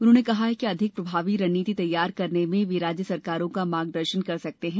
उन्होंने कहा कि अधिक प्रभावी रणनीति तैयार करने में वे राज्य सरकारों का मार्गदर्शन कर सकते हैं